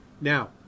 Now